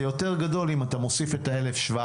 זה יותר גדול אם אתה מוסיף את ה-1,700